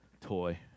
toy